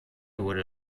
wurde